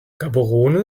gaborone